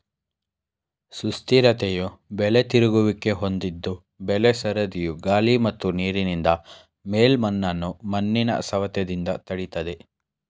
ಸುಸ್ಥಿರತೆಯು ಬೆಳೆ ತಿರುಗುವಿಕೆ ಹೊಂದಿದ್ದು ಬೆಳೆ ಸರದಿಯು ಗಾಳಿ ಮತ್ತು ನೀರಿನಿಂದ ಮೇಲ್ಮಣ್ಣನ್ನು ಮಣ್ಣಿನ ಸವೆತದಿಂದ ತಡಿತದೆ